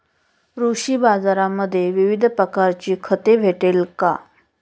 कृषी बाजारांमध्ये विविध प्रकारची खते भेटेल का?